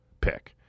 pick